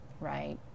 right